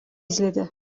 izledi